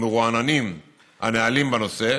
ומרועננים הנהלים בנושא.